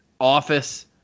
office